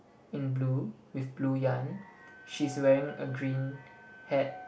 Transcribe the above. in blue with blue yarn she's wearing a green hat